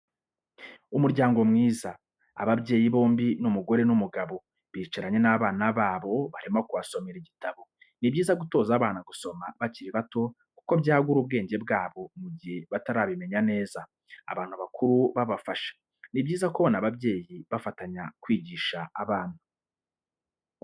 Umuryango mwiza, ababyeyi bombi umugore n'umugabo bicaranye n'abana babo barimo kubasomera igitabo, ni byiza gutoza abana gusoma bakiri bato kuko byagura ubwenge bwabo mu gihe batarabimenya neza, abantu bakuru babafasha, ni byiza kubona ababyeyi bafatanya kwigisha abana.